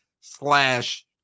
slash